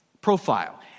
profile